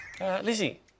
Lizzie